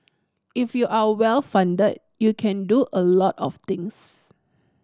if you are well funded you can do a lot of things